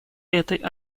этой